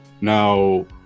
Now